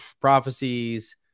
prophecies